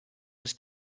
was